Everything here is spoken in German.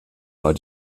weil